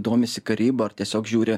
domisi karyba ar tiesiog žiūri